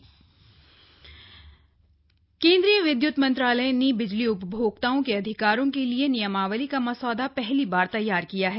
बिजली उपभोक्ता विद्य्त मंत्रालय ने बिजली उपभोक्ताओं के अधिकारों के लिए नियमावली का मसौदा पहली बार तैयार किया है